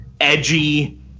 edgy